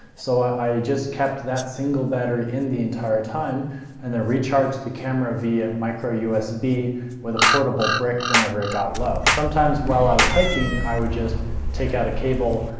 so i just kept that single battery in the entire time and then recharged the camera via micro usb with a portable brick whenever it got low. sometimes, while i was hiking, i would just take out a cable,